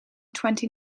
twenty